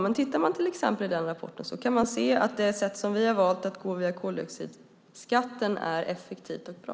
Men tittar man till exempel i den rapporten kan man se att det sätt som vi har valt att gå via koldioxidskatten är effektivt och bra.